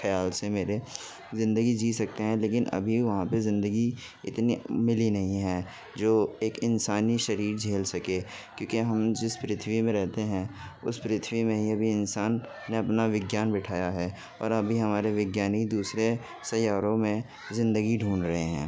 خیال سے میرے زندگی جی سکتے ہیں لیکن ابھی وہاں پہ زندگی اتنی ملی نہیں ہے جو ایک انسانی شریر جھیل سکے کیوں کہ ہم جس پرتھوی میں رہتے ہیں اس پرتھوی میں ہی ابھی انسان نے اپنا وگیان بٹھایا ہے اور ابھی ہمارے وگیانی دوسرے سیاروں میں زندگی ڈھونڈ رہے ہیں